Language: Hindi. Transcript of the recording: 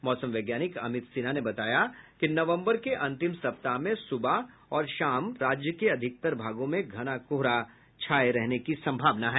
मौसम वैज्ञानिक अमित सिन्हा ने बताया कि नवम्बर के अंतिम सप्ताह से सुबह और शाम राज्य के अधिकतर भागों में घना कोहरा छाये रहने की सम्भावना है